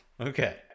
Okay